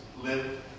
Live